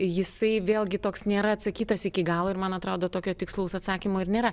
jisai vėlgi toks nėra atsakytas iki galo ir man atrodo tokio tikslaus atsakymo ir nėra